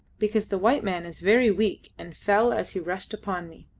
because the white man is very weak and fell as he rushed upon me.